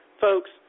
Folks